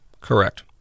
Correct